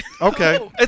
Okay